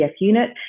unit